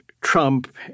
Trump